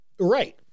Right